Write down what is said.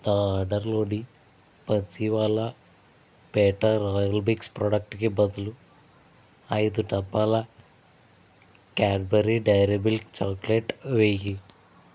నా ఆర్డర్లోని Bansiwala petha royal mix ప్రోడక్ట్కి బదులు ఐదు డబ్బాల క్యాడ్బరీ డైరీ మిల్క్ చాక్లెట్ వేయి